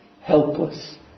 helpless